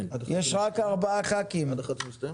יש רק 4 חברי כנסת.